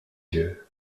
yeux